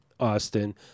austin